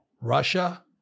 Russia